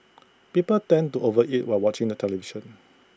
people tend to over eat while watching the television